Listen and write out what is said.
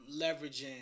leveraging